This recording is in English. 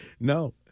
No